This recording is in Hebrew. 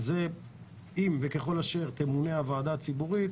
אם וככל אשר תמונה הוועדה הציבורית,